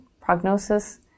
prognosis